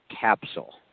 capsule